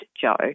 Joe